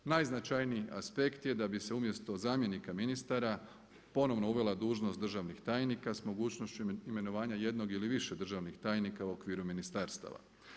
Najznačajniji aspekt je da bi se umjesto zamjenika ministara ponovno uvela dužnost državnih tajnika s mogućnošću imenovanja jednog ili više državnih tajnika u okviru ministarstava.